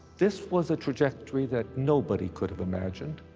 this was a trajectory that nobody could have imagined.